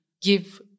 give